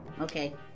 okay